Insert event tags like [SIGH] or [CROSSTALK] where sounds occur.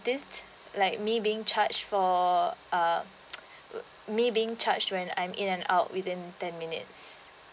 this like me being charged for uh [NOISE] me being charged when I am in and out within ten minutes